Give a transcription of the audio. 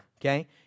Okay